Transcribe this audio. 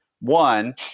one